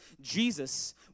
Jesus